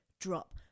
drop